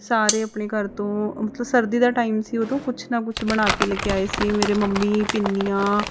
ਸਾਰੇ ਆਪਣੇ ਘਰ ਤੋਂ ਮਤਲਬ ਸਰਦੀ ਦਾ ਟਾਈਮ ਸੀ ਉਦੋਂ ਕੁਛ ਨਾ ਕੁਛ ਬਣਾ ਕੇ ਲੈ ਕੇ ਆਏ ਸੀ ਮੇਰੇ ਮੰਮੀ ਪਿੰਨੀਆਂ